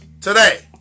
today